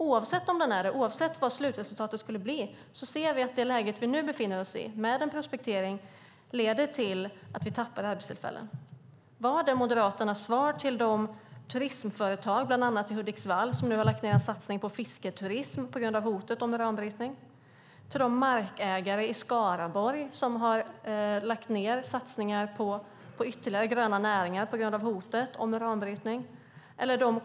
Oavsett om den är det och oavsett vad slutresultatet skulle bli ser vi att det läge vi nu befinner oss i, med en prospektering, leder till att vi tappar arbetstillfällen. Vad är Moderaternas svar till de turismföretag, bland annat i Hudiksvall, som nu har lagt ned en satsning på fisketurism på grund av hotet om uranbrytning? Vad är svaret till de markägare i Skaraborg som har lagt ned satsningar på ytterligare gröna näringar på grund av hotet om uranbrytning?